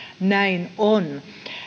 näin on